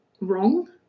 wrong